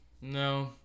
No